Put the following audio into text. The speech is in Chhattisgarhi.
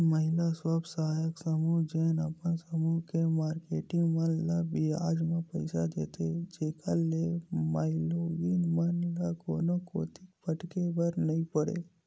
महिला स्व सहायता समूह जेन अपन समूह के मारकेटिंग मन ल बियाज म पइसा देथे, जेखर ले माईलोगिन मन ल कोनो कोती भटके बर नइ परय